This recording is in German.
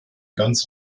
ganz